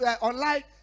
online